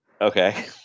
Okay